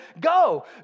go